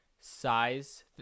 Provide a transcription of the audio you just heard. size